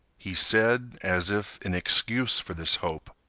he said, as if in excuse for this hope,